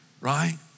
right